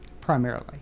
primarily